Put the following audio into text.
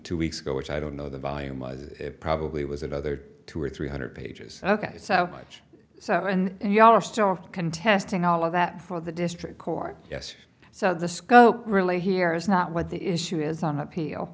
two weeks ago which i don't know the volume was probably was another two or three hundred pages ok so much so and you all are still of contesting all of that for the district court yes so the scope really here is not what the issue is on appeal